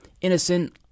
innocent